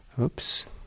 oops